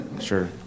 Sure